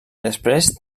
després